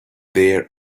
their